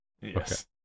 Yes